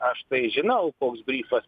aš tai žinau koks bryfas